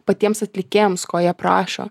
patiems atlikėjams ko jie prašo